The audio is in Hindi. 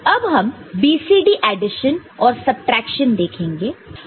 अब हम BCD एडिशन और सबट्रैक्शन देखेंगे